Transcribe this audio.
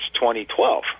2012